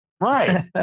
Right